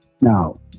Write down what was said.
now